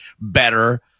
better